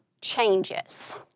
changes